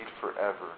forever